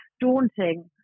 daunting